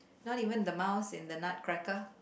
not even the mouse in the nutcracker